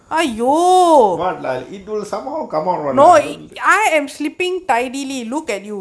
[what] lah it will somehow come on lah I don't lea~